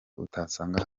utasanga